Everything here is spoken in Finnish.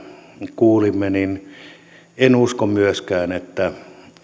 kuulimme niin en usko myöskään että